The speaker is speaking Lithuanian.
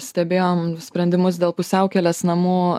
stebėjom sprendimus dėl pusiaukelės namo